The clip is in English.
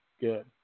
good